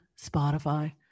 Spotify